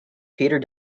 peter